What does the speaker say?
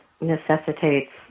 necessitates